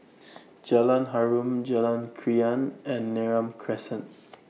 Jalan Harum Jalan Krian and Neram Crescent